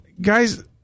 guys